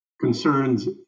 concerns